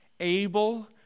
able